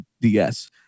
DS